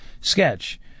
sketch